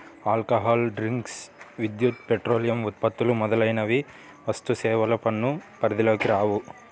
alcohol drinks, విద్యుత్, petroleum ఉత్పత్తులు మొదలైనవి వస్తుసేవల పన్ను పరిధిలోకి రావు